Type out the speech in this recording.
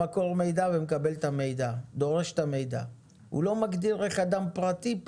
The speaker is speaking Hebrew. במטבע זר ובכלל זה פירוט יתרות בחשבון